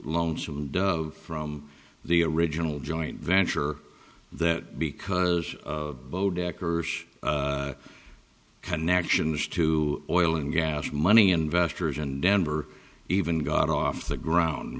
lonesome dove from the original joint venture that because decker's connections to oil and gas money investors and denver even got off the ground